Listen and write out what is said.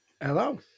Hello